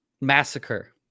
Massacre